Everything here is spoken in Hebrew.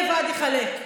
אני לבד אחלק.